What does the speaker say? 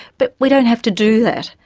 but we don't have to do that,